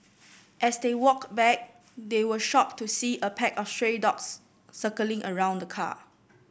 as they walked back they were shocked to see a pack of stray dogs circling around the car